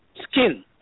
skin